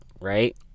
right